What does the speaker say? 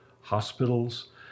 hospitals